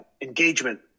engagement